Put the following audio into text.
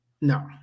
No